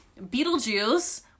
Beetlejuice